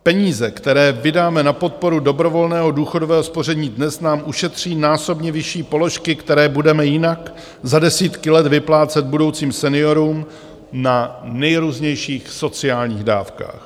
Peníze, které vydáme na podporu dobrovolného důchodového spoření dnes, nám ušetří násobně vyšší položky, které budeme jinak za desítky let vyplácet budoucím seniorům na nejrůznějších sociálních dávkách.